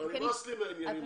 כבר נמאס לי מהעניינים האלה.